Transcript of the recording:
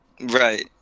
Right